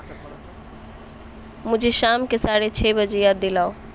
مجھے شام کے ساڑھے چھے بجے یاد دلاؤ